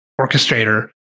orchestrator